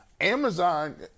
Amazon